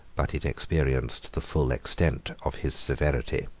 but it experienced the full extent of his severity.